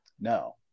no